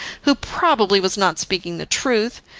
who probably was not speaking the truth.